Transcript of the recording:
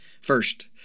First